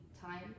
time